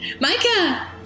Micah